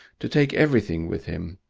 to take everything with him,